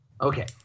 okay